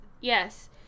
Yes